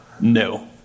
No